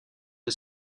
del